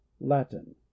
latin